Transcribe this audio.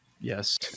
Yes